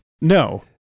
No